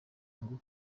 ngo